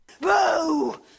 Boo